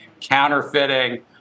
counterfeiting